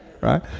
right